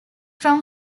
from